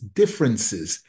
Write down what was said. differences